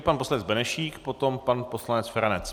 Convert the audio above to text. Pan poslanec Benešík, potom pan poslanec Feranec.